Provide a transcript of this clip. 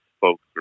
folks